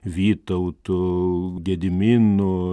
vytautu gediminu